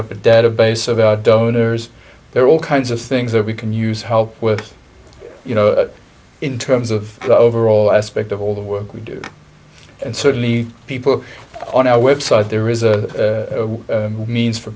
up a database of donors there are all kinds of things that we can use help with you know in terms of the overall aspect of all the work we do and certainly people on our website there is a means for